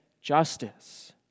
justice